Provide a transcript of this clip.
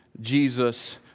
Jesus